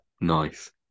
Nice